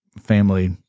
family